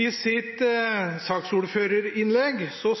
I sitt saksordførerinnlegg sa